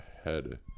Head